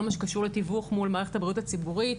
מה שקשור לתיווך מול מערכת הבריאות הציבורית,